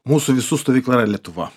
mūsų visų stovykla yra lietuva